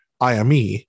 IME